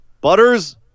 Butters